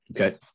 Okay